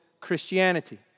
Christianity